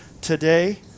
today